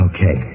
Okay